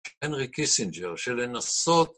הנרי קיסינג'ר שלנסות